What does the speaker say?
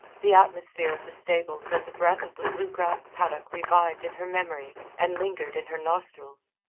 the atmosphere of the stables and the breath of the blue grass paddock revived in her memory and lingered in her nostrils.